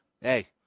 Hey